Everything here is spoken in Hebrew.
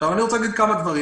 אני רוצה לומר כמה דברים.